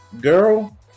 girl